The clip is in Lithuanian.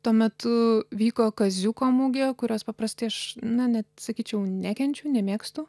tuo metu vyko kaziuko mugė kurios paprastai aš na net sakyčiau nekenčiu nemėgstu